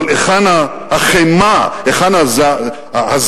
אבל היכן החימה, היכן הזעם?